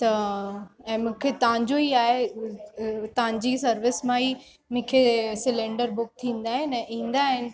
त ऐं मूंखे तव्हां जो ई आहे तव्हां जी सर्विस मां ई मूंखे सिलेंडर बुक थींदा आहिनि ऐं ईंदा आहिनि